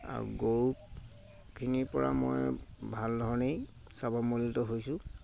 আৰু গৰুখিনিৰ পৰা মই ভাল ধৰণেই হৈছোঁ